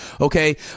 Okay